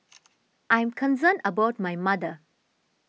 I am concerned about my mother